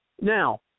Now